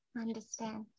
Understand